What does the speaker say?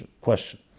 question